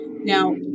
Now